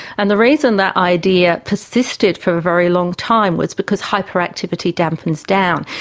and the reason that idea persisted for a very long time was because hyperactivity dampens down.